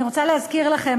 אני רוצה להזכיר לכם,